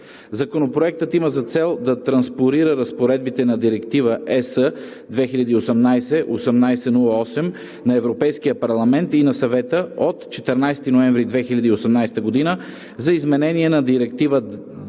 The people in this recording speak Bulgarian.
Законопроектът има за цел да транспонира разпоредбите на Директива (ЕС) 2018/1808 на Европейския парламент и на Съвета от 14 ноември 2018 г. за изменение на Директива